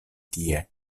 tie